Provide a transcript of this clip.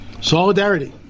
Solidarity